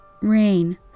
Rain